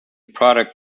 product